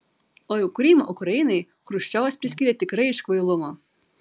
o jau krymą ukrainai chruščiovas priskyrė tikrai iš kvailumo